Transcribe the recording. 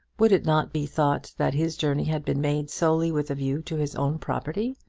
would it not be thought that his journey had been made solely with a view to his own property?